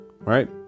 right